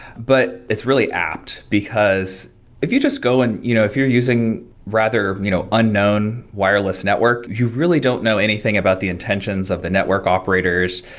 but it's really apt, because if you just go, and you know if you're using rather you know unknown wireless network, you really don't know anything about the intentions of the network operators,